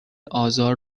آزار